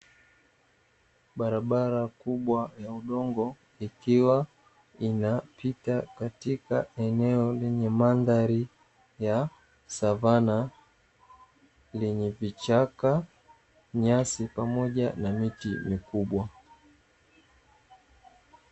Barabara kubwa ya udongo ikiwa inapita katika eneo ambalo ni mandhari ya savana yenye vichaka, nyasi pamoja na miti makubwa.